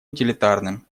утилитарным